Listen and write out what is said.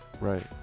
Right